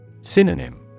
Synonym